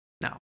no